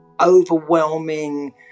overwhelming